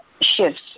shifts